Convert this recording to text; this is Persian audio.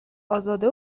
ازاده